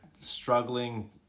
struggling